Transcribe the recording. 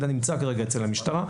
המידע נמצא כרגע אצל המשטרה,